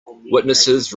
witnesses